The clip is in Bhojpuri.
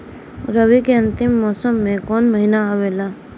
रवी के अंतिम मौसम में कौन महीना आवेला?